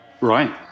Right